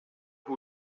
who